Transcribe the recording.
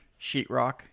sheetrock